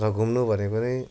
र घुम्नु भनेको नै